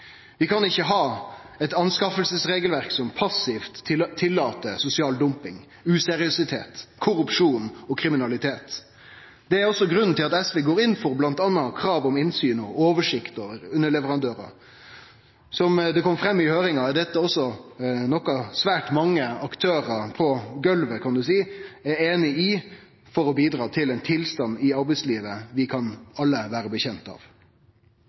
Vi kan ikkje ha eit anskaffingsregelverk som passivt tillèt sosial dumping, useriøsitet, korrupsjon og kriminalitet. Det er grunnen til at SV går inn for bl.a. krav om innsyn og oversikt over underleverandørar. Som det kom fram i høyringa, er dette også noko svært mange aktørar på golvet er einig i for å bidra til ein tilstand i arbeidslivet vi alle kan